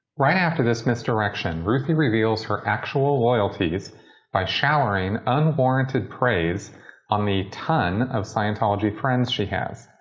right after this misdirection ruthie reveals her actual loyalties by showering unwarranted praise on the ton of scientology friends she has.